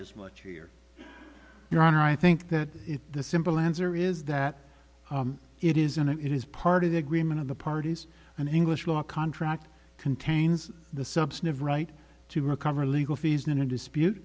as much here your honor i think that the simple answer is that it isn't and it is part of the agreement of the parties and in english law a contract contains the substantive right to recover legal fees in a dispute